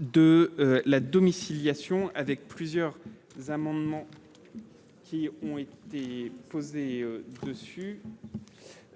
de la domiciliation avec plusieurs amendements qui ont été posées dessus,